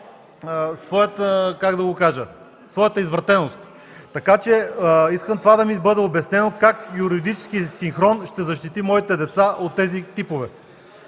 кажа, извратеност. Така че искам това да ми бъде обяснено – как юридическият синхрон ще защити моите деца от тези типове?